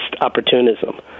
opportunism